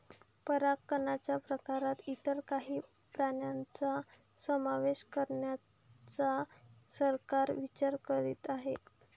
परागकणच्या प्रकारात इतर काही प्राण्यांचा समावेश करण्याचा सरकार विचार करीत आहे